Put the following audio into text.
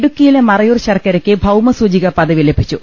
ഇടുക്കിയിലെ മറയൂർ ശർക്കരക്ക് ഭൌമസൂചികാ പദവി ലഭിച്ചു